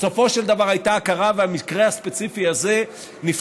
בסופו של דבר הייתה הכרה והמקרה הספציפי הזה נפתר.